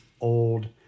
old